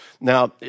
Now